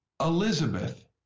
Elizabeth